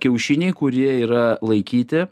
kiaušiniai kurie yra laikyti